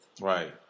Right